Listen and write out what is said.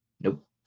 Nope